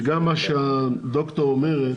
וגם מה שהדוקטור אומרת